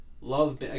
love